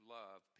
love